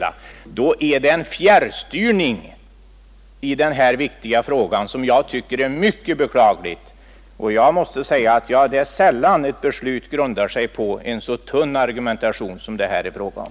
Men då blir det en fjärrstyrning, som jag tycker är mycket beklaglig, i den här viktiga frågan. Det är sällan ett beslut grundar sig på en så tunn argumentation som det här är fråga om.